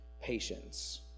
patience